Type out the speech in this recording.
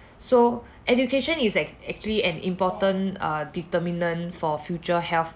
so education is act~ actually an important err determinant for future health